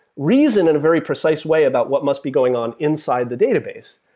reason in a very precise way about what must be going on inside the database.